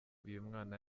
uyumwana